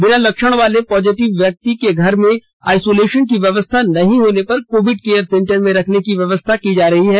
बिना लक्षण वाले पॉजिटिव व्यक्ति के घर में आइसोलेशन की व्यवस्था नहीं होने पर कोविड केयर सेंटर में रखने की व्यवस्था की जा रही है